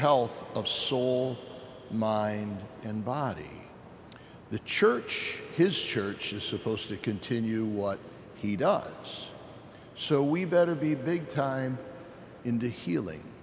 health of soul mind and body the church his church is supposed to continue what he does so we better be big time into healing